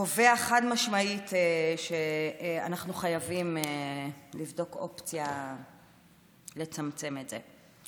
הוא קובע חד-משמעית שאנחנו חייבים לבדוק אופציה לצמצם את זה.